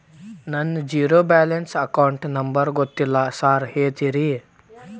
ನನ್ನ zero balance account number ಗೊತ್ತಿಲ್ಲ sir ಹೇಳ್ತೇರಿ?